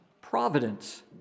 providence